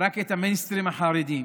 רק את המיינסטרים החרדי,